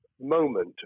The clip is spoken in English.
moment